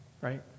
right